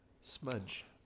Smudge